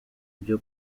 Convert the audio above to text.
byo